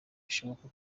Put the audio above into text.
bishoboka